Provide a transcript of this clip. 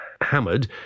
hammered